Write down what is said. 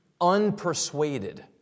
unpersuaded